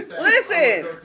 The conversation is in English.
Listen